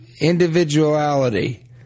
Individuality